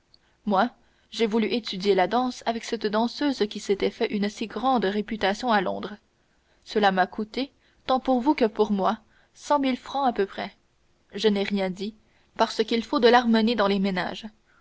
moi j'ai voulu étudier la danse avec cette danseuse qui s'était fait une si grande réputation à londres cela m'a coûté tant pour vous que pour moi cent mille francs à peu près je n'ai rien dit parce qu'il faut de l'harmonie dans les ménages